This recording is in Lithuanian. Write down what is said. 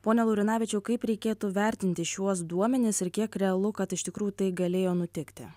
pone laurinavičiau kaip reikėtų vertinti šiuos duomenis ir kiek realu kad iš tikrųjų tai galėjo nutikti